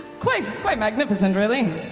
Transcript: quite quite magnificent, really.